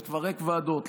לפרק ועדות,